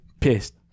Pissed